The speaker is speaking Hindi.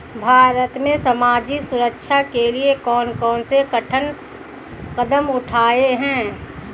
भारत में सामाजिक सुरक्षा के लिए कौन कौन से कदम उठाये हैं?